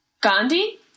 Gandhi